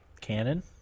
canon